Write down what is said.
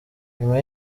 nyuma